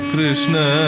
Krishna